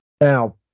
Now